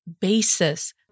basis